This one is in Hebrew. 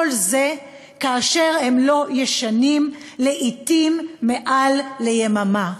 כל זה כאשר הם לא ישנים לעתים מעל יממה.